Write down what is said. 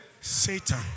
Satan